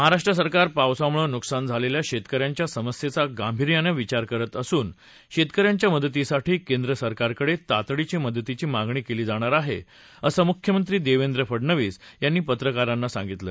महाराष्ट् सरकार पावसामुळ मुकसान झालख्खा शत्तिक यांच्या समस्यछ्ती गांभी यानं विचार करत असुन शत्तिक यांच्या मदतीसाठी केंद्र सरकारकड दतीची मागणी क्वी जाणार आह असं मुख्यमंत्री दक्षेंद्रे फडणवीस यांनी पत्रकाराना सांगितलं